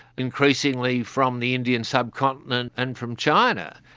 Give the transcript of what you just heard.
increasingly from the indian subcontinent and from china,